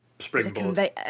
Springboard